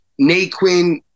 Naquin